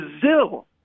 Brazil